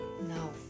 Now